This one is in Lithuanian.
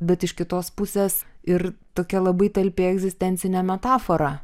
bet iš kitos pusės ir tokia labai talpi egzistencinė metafora